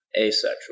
asexual